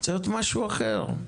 צריך להיות משהו אחר.